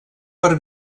per